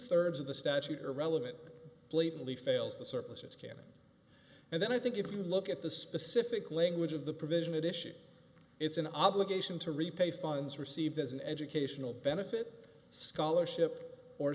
thirds of the statute irrelevant blatantly fails the surpluses can't and then i think if you look at the specific language of the provision at issue it's an obligation to repay funds received as an educational benefit scholarship or